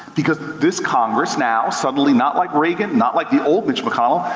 because this congress now, suddenly, not like regan, not like the old mitch mcconnell,